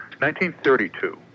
1932